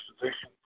position